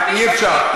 אי-אפשר.